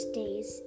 days